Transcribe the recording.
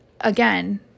again